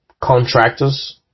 contractors